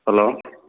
hello